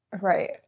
Right